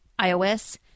iOS